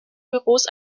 büros